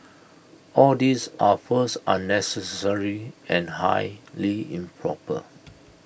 all these are first unnecessary and highly improper